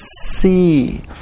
see